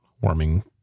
warming